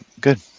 good